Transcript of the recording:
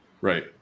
Right